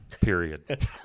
period